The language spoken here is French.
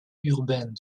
urbaine